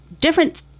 Different